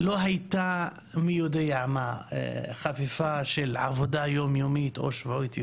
לא היתה מי יודע מה חפיפה של עבודה יומיומית או שבועית וכו'.